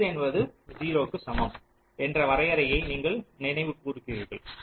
எனவே x என்பது 0 க்கு சமம் என்ற வரையறையை நீங்கள் நினைவு கூர்ந்தீர்கள்